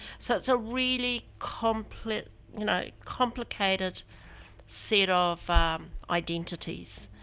so, it's a really complicated you know complicated set of identities.